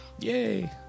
Yay